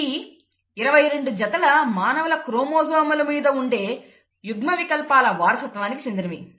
ఇవి 22 జతల మానవుల క్రోమోజోముల మీద ఉండే యుగ్మ వికల్పాల వారసత్వానికి చెందినవి